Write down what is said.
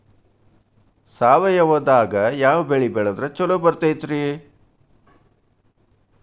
ಸಾವಯವದಾಗಾ ಯಾವ ಬೆಳಿ ಬೆಳದ್ರ ಛಲೋ ಬರ್ತೈತ್ರಿ?